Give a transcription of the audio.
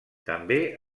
també